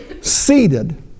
seated